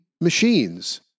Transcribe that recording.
machines